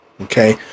Okay